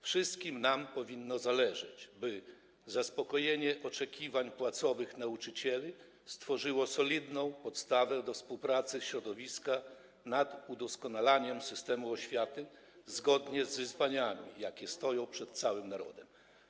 Wszystkim nam powinno zależeć, by zaspokojenie oczekiwań płacowych nauczycieli stworzyło solidną podstawę do współpracy środowiska nad udoskonalaniem systemu oświaty zgodnie z wyzwaniami, jakie stoją przed całym narodem.